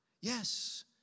yes